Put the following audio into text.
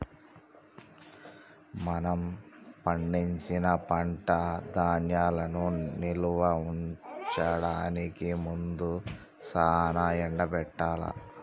మనం పండించిన పంట ధాన్యాలను నిల్వ చేయడానికి ముందు సానా ఎండబెట్టాల్ల